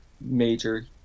major